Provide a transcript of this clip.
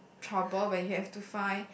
trouble when you have to find